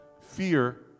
fear